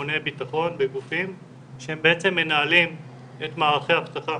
ממוני בטחון בגופים שהם בעצם מנהלים את מערכי האבטחה